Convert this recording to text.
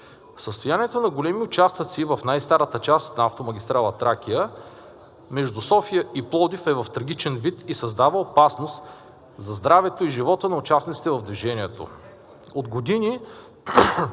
Състоянието на големи участъци в най-старата част на автомагистрала „Тракия“ между София и Пловдив е в трагичен вид и създава опасност за здравето и живота на участниците в движението. От години